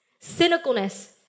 cynicalness